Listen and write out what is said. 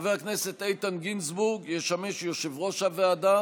חבר הכנסת איתן גינזבורג ישמש יושב-ראש הוועדה